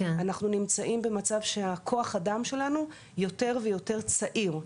אנחנו נמצאים במצב שכוח האדם שלנו יותר ויותר צעיר.